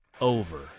over